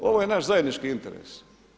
Ovo je naš zajednički interes.